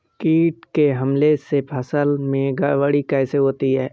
कीट के हमले से फसल में गड़बड़ी कैसे होती है?